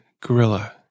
gorilla